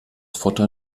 futter